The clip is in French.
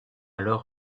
leur